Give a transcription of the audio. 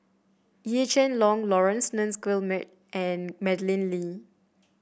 Yee Jenn Jong Laurence Nunns Guillemard and Madeleine Lee